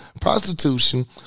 prostitution